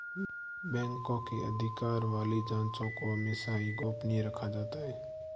बैंकों के अधिकार वाली जांचों को हमेशा ही गोपनीय रखा जाता है